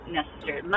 necessary